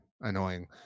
annoying